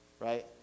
right